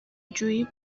جویی